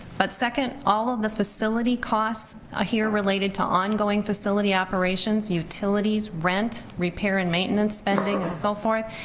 but second, all of the facility costs ah here, related to ongoing facility operations utilities, rent, repair and maintenance spending and so forth.